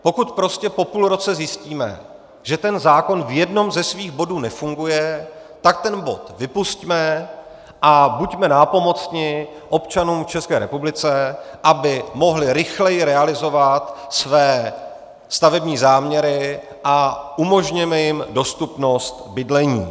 Pokud prostě po půl roce zjistíme, že zákon v jednom ze svých bodů nefunguje, tak ten bod vypusťme a buďme nápomocni občanům v České republice, aby mohli rychleji realizovat své stavební záměry, a umožněme jim dostupnost bydlení.